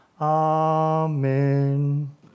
Amen